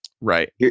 Right